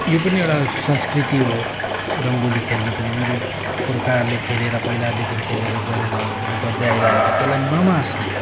यो पनि एउटा संस्कृति हो रङ्गोली खेल्नु पनि उँधो पुर्खाहरूले खेलेर पहिलादेखि खेलेर गरेरहरू गर्दै आइरहेको त्यसलाई नमास्ने